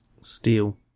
Steel